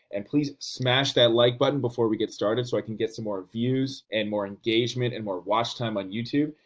and please smash that like button before we get started, so i can get some more views, and more engagement and more watch time on youtube.